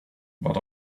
but